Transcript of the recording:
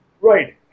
Right